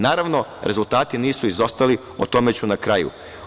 Naravno, rezultati nisu izostali, o tome ću na kraju.